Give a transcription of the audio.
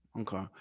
okay